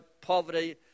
poverty